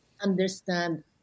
understand